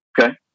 okay